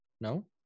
No